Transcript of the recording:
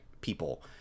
people